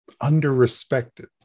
under-respected